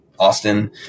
Austin